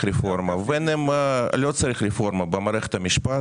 רפורמה ובין אם לא צריך רפורמה במערכת המשפט